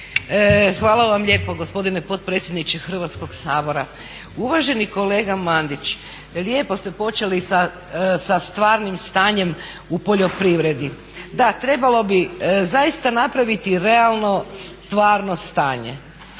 Hvala vam lijepo gospodine potpredsjedniče Hrvatskog sabora. Uvaženi kolega Mandić, lijepo ste počeli sa stvarnim stanjem u poljoprivredi. Da, trebalo bi zaista napraviti realno stvarno stanje,